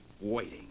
waiting